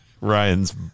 Ryan's